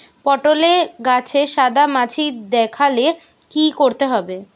পটলে গাছে সাদা মাছি দেখালে কি করতে হবে?